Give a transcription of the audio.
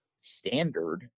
standard